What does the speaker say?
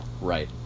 right